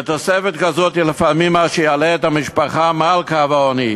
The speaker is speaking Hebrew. תוספת כזאת היא לפעמים מה שיעלה את המשפחה מעל קו העוני.